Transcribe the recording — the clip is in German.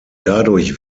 dadurch